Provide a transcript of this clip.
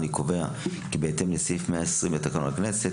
אני קובע כי בהתאם לסעיף 120 לתקנון הכנסת,